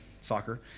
soccer